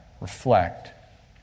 reflect